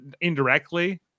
indirectly